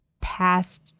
past